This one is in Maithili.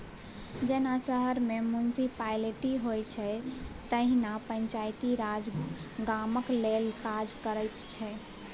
जेना शहर मे म्युनिसप्लिटी होइ छै तहिना पंचायती राज गामक लेल काज करैत छै